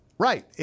Right